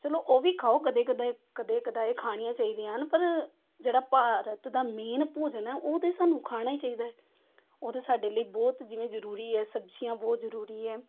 ਚਲੋ ਉਹ ਵੀ ਖਾਓ ਕਦੇ ਕਦਾਈ ਕਦੇ ਕਦਾਏ ਖਾਣੀਆਂ ਚਾਹੀਦੀਆਂ ਹਨ ਪਰ ਜਿਹੜਾ ਭਾਰਤ ਦਾ ਮੇਨ ਭੋਜਨ ਹੈ ਉਹ ਤਾਂ ਸਾਨੂੰ ਖਾਣਾ ਹੀ ਚਾਹੀਦਾ ਉਹ ਤਾਂ ਸਾਡੇ ਲਈ ਬਹੁਤ ਜਿਵੇਂ ਜ਼ਰੂਰੀ ਹੈ ਸਬਜ਼ੀਆਂ ਬਹੁਤ ਜ਼ਰੂਰੀ ਹੈ